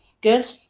good